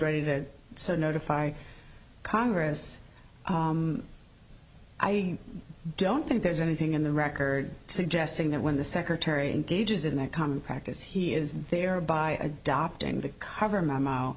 ready that so notify congress i don't think there's anything in the record suggesting that when the secretary gauges in that common practice he is there by adopting the cover m